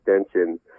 extension